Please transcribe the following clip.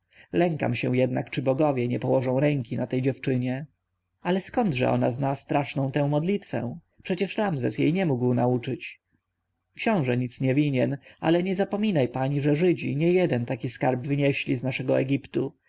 lękam się jednak czy bogowie nie położą ręki na tej dziewczynie ale skądże ona zna straszną tę modlitwę przecież ramzes jej nie mógł nauczyć książę nic nie winien ale nie zapominaj pani że żydzi niejeden taki skarb wynieśli z naszego egiptu